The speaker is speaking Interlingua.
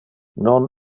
non